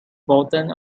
bottom